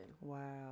wow